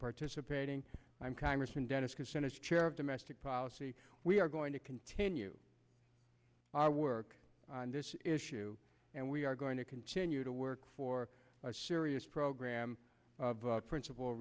participating i'm congressman dennis kucinich chair of domestic policy we are going to continue our work on this issue and we are going to continue to work for a serious program of principal